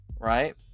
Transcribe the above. Right